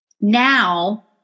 now